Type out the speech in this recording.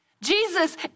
Jesus